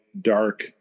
dark